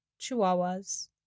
Chihuahuas